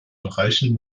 bereichen